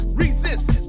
resist